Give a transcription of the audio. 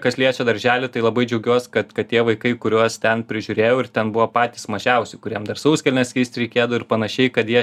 kas liečia darželį tai labai džiaugiuos kad kad tie vaikai kuriuos ten prižiūrėjau ir ten buvo patys mažiausi kuriem dar sauskelnes keist reikėdo ir panašiai kad jie